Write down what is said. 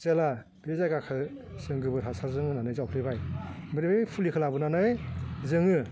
जेला बे जायगाखौ जों गोबोर हासारजों होनानै जावफ्लेबाय ओमफ्राय ओइ फुलिखौ लाबोबाय जोङो